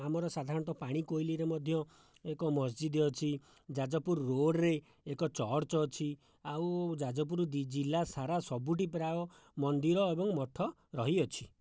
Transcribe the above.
ଆମର ସାଧାରଣତଃ ପାଣିକୋଇଲିରେ ମଧ୍ୟ ଏକ ମସଜିଦ୍ ଅଛି ଯାଜପୁର ରୋଡ଼ରେ ଏକ ଚର୍ଚ୍ଚ ଅଛି ଆଉ ଯାଜପୁର ଜିଲ୍ଲା ସାରା ସବୁଠି ପ୍ରାୟ ମନ୍ଦିର ଏବଂ ମଠ ରହିଅଛି